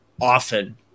often